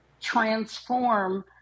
transform